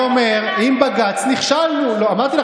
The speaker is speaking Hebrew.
אני אומרת לך,